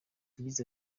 yagize